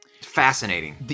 Fascinating